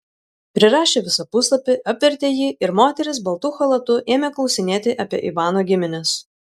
prirašę visą puslapį apvertė jį ir moteris baltu chalatu ėmė klausinėti apie ivano gimines